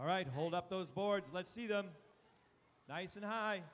right hold up those boards let's see them nice and high